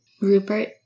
Rupert